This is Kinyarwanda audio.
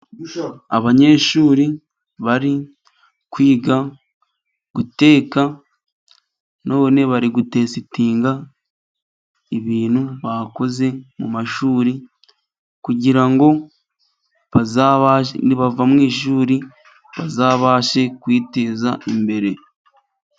Abanyeshuri bari kwiga guteka, none bari gutesitinga ibintu bakoze mu mashuri, kugira ngo nibava mu ishuri bazabashe kwiteza imbere.